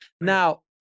now